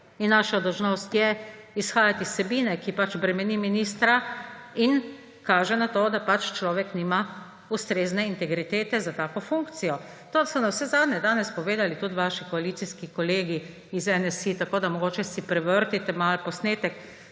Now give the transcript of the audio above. In naša dolžnost je izhajati iz vsebine, ki bremeni ministra in kaže na to, da človek nima ustrezne integritete za tako funkcijo. To so navsezadnje danes povedali tudi vaši koalicijski kolegi iz NSi. Tako da mogoče si prevrtite malo posnetek